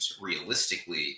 realistically